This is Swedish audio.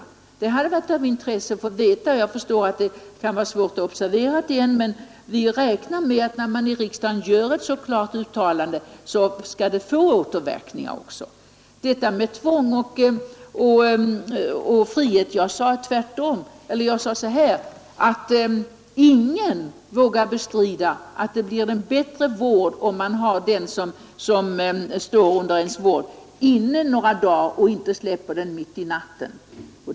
Det hade varit av intresse att veta det, men jag förstår att det kan vara svårt att göra sådana observationer. Vi räknar med att när man i riksdagen gör ett så klart uttalande skall det få återverkningar. Beträffande detta med tvång och frihet sade jag att ingen vågar bestrida att det blir en bättre vård om den som står under ens vård hålls inne några dagar och inte släpps ut mitt i natten.